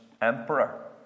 emperor